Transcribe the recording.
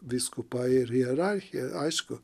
vyskupai ir hierarchija aišku